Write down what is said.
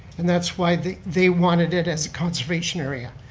and that's why they they wanted it as a conservation area,